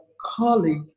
colleague